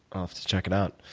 i'll have to check it out.